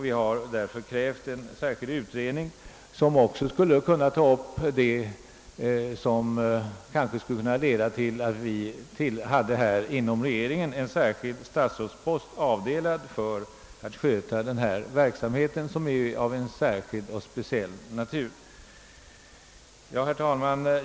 Vi har därför krävt en särskild utredning som också skulle kunna ta upp frågan, om inom regeringen en särskild statsrådspost bör avdelas för denna verksamhet, som är av så speciell natur. Herr talman!